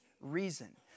reason